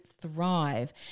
thrive